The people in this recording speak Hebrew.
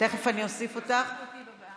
תוסיפי אותי לפרוטוקול.